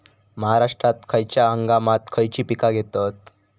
महाराष्ट्रात खयच्या हंगामांत खयची पीका घेतत?